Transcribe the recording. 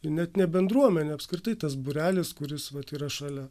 ji net ne bendruomenė apskritai tas būrelis kuris vat yra šalia